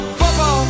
papa